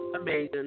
Amazing